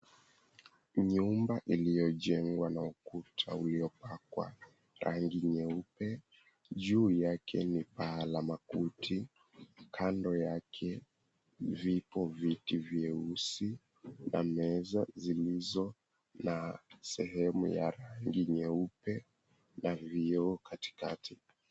Nyumba uliojengwa na ukuta uliopakwa rangi nyeupe, juu yake ni paa la makuti, kando yake vipo viti vyeusi na meza zilizo na sehemu ya rangi nyeupe na vioo katikati.